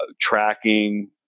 Tracking